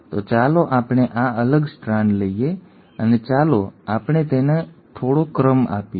તો ચાલો આપણે આ અલગ સ્ટ્રાન્ડ લઈએ અને ચાલો આપણે તેને થોડો ક્રમ આપીએ